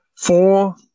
four